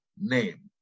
name